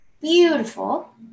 beautiful